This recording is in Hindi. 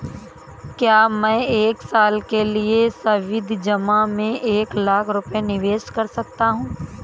क्या मैं एक साल के लिए सावधि जमा में एक लाख रुपये निवेश कर सकता हूँ?